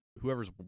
whoever's